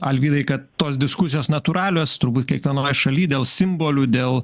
alvydai kad tos diskusijos natūralios turbūt kiekvienoj šaly dėl simbolių dėl